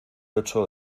ocho